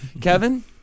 Kevin